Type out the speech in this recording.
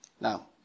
Now